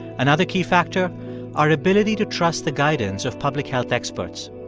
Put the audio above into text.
another key factor our ability to trust the guidance of public health experts.